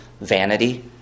vanity